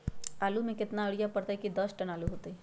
आलु म केतना यूरिया परतई की दस टन आलु होतई?